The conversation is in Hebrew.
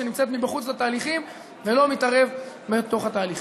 שנמצאת מבחוץ לתהליכים ולא מתערבת בתוך התהליכים.